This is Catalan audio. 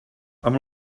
amb